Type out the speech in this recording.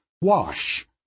wash